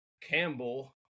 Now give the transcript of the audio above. Campbell